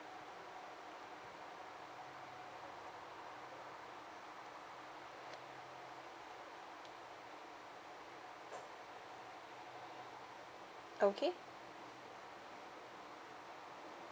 okay